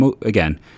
again